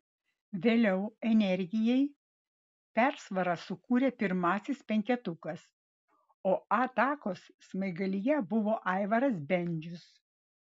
vėliau energijai persvarą sukūrė pirmasis penketukas o atakos smaigalyje buvo aivaras bendžius